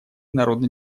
народно